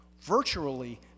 virtually